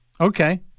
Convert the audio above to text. Okay